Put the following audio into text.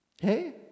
Hey